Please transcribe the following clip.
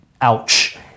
ouch